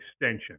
extension